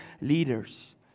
leaders